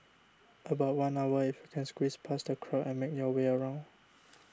about one hour if you can squeeze past the crowd and make your way around